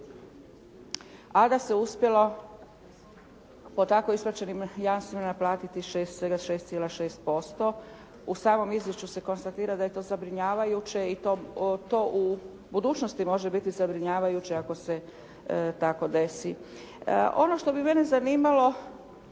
a da se uspjelo po tako isplaćenim jamstvima isplatiti svega 6,6%. U samom izvješću se konstatira da je to zabrinjavajuće i da je to i u budućnosti može biti zabrinjavajuće ako se tako desi. Ono što bi mene zanimolo